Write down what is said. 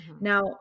now